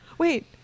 Wait